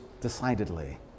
decidedly